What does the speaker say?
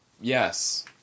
Yes